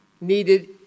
needed